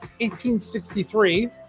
1863